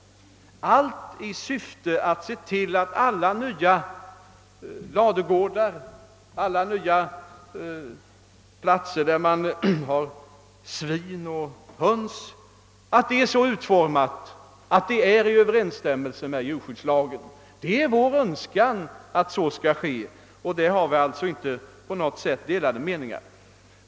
Syftet därmed är att se till att alla nya ladugårdar och alla nya anläggningar för svin och höns är så utformade att de överensstämmer med djurskyddslagen. Det är vår Öönskan att så skall ske och här föreligger alltså inte på något sätt delade meningar.